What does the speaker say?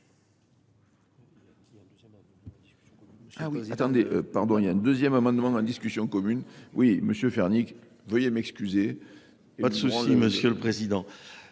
attendez, pardon, il y a un deuxième amendement en discussion commune. Oui, monsieur Fernic, veuillez m'excuser. Pas de Pas de souci, monsieur le Président.